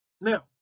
Now